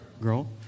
Girl